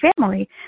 family